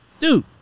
dude